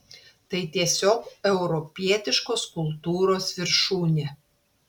tai tiesiog europietiškos kultūros viršūnė